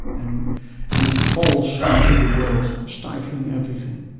and and it falls into the world, stifling everything.